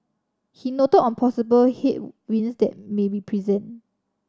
he noted on possible headwinds that may be present